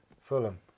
Fulham